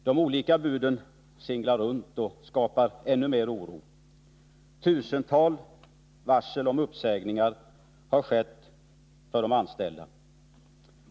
De olika buden singlar runt och skapar ännu mer oro. Tusentals varsel om uppsägningar för de anställda har förekommit.